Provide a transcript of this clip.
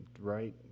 Right